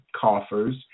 coffers